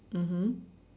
mmhmm